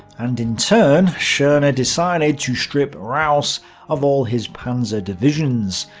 and in turn, schorner decided to strip raus of all his panzer divisions,